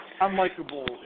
unlikable